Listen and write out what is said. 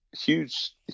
Huge